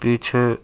پیچھے